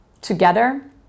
together